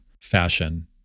fashion